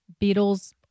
Beatles